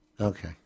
Okay